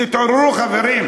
תתעוררו, חברים.